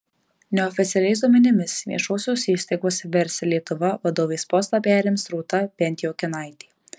neoficialiais duomenimis viešosios įstaigos versli lietuva vadovės postą perims rūta pentiokinaitė